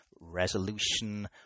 Resolution